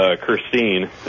Christine